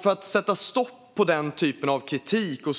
För att sätta stopp för den typen av kritik och